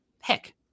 heck